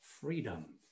freedom